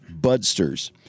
Budsters